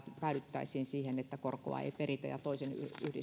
päädyttäisiin siihen että korkoa ei peritä ja toisen